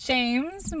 James